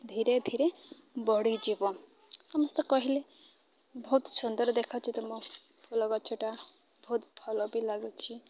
ଧୀରେ ଧୀରେ ବଢ଼ିଯିବ ସମସ୍ତେ କହିଲେ ବହୁତ ସୁନ୍ଦର ଦେଖୁଛ ତ ମୋ ଫୁଲ ଗଛଟା ବହୁତ ଭଲ ବି ଲାଗୁଛି